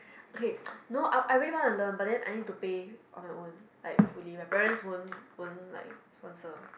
okay no I I really wanna learn but then I need to pay on my own like fully my parents won't won't like sponsor